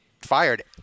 fired